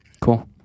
Cool